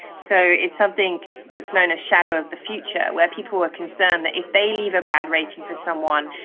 so it is something that is known as shadow of the future, where people are concerned that if they leave a bad rating for someone,